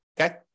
Okay